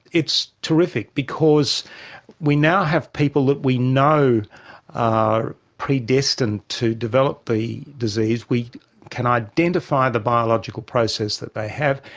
it's terrific because we now have people that we know are predestined to develop the disease, we can identify the biological process that they have,